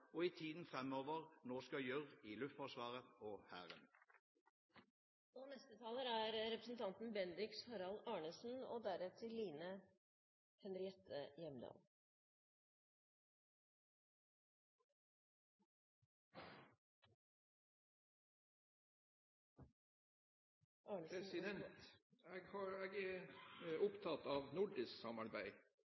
og i tiden framover skal gjøre i Luftforsvaret og Hæren. Jeg er opptatt av nordisk samarbeid,